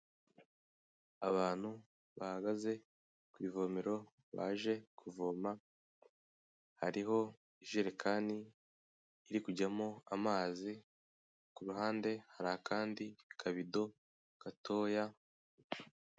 Abantu bahagaze ku ivomero baje kuvoma hariho ijerekani iri kujyamo amazi, ku ruhande hari akandi kabido gatoya.